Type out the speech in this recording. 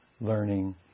Learning